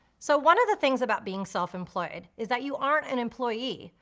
so one of the things about being self-employed is that you aren't an employee.